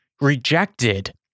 rejected